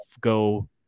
go